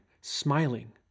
smiling